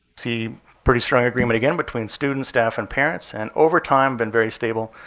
see pretty strong agreement again between students, staff, and parents. and over time, been very stable,